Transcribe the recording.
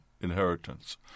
inheritance